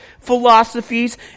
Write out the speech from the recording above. philosophies